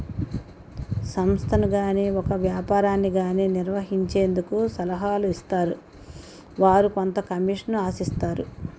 సంస్థను గాని ఒక వ్యాపారాన్ని గాని నిర్వహించేందుకు సలహాలు ఇస్తారు వారు కొంత కమిషన్ ఆశిస్తారు